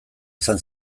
izan